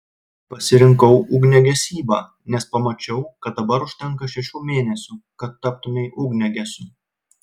pasirinkau ugniagesybą nes pamačiau kad dabar užtenka šešių mėnesių kad taptumei ugniagesiu